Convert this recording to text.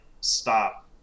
stop